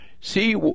see